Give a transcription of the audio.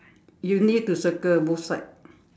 you need to circle both sides